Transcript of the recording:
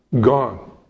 Gone